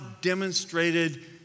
demonstrated